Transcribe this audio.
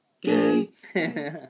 gay